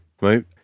right